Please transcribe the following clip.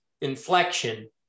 inflection